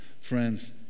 Friends